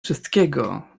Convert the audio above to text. wszystkiego